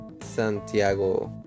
Santiago